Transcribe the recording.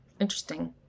interesting